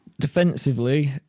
Defensively